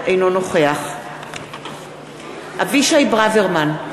אינו נוכח אבישי ברוורמן,